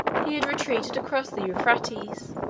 he had retreated across the euphrates,